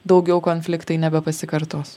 daugiau konfliktai nebepasikartos